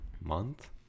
month